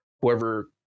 Whoever